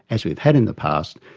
as we've had in the past,